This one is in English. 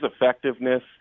effectiveness